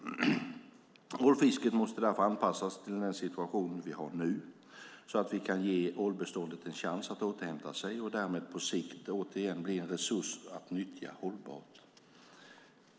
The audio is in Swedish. Ålfisket måste därför anpassas till den situation vi har nu, så att vi kan ge ålbeståndet en chans att återhämta sig och därmed på sikt återigen bli en resurs att nyttja hållbart.